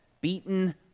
beaten